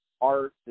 art